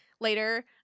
later